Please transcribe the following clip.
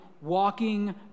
walking